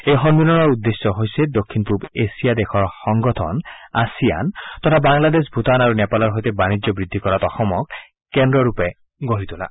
এই সন্মিলনৰ উদ্দেশ্য হৈছে দক্ষিণ পূব এছিয়া দেশৰ সংগঠন আছিয়ান তথা বাংলাদেশ ভুটান আৰু নেপালৰ সৈতে বাণিজ্য বৃদ্ধি কৰাত অসমক কেন্দ্ৰবিন্দুৰূপে গঢ়ি তোলা